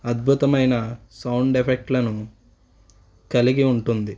అద్భుతమైన సౌండ్ ఎఫెక్ట్లను కలిగి ఉంటుంది